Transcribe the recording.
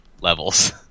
levels